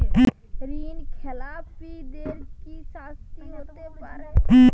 ঋণ খেলাপিদের কি শাস্তি হতে পারে?